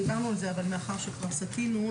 דיברנו על זה, אבל כבר סטינו.